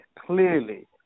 clearly